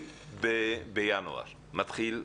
מתחילות ב-4 בינואר.